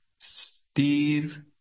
Steve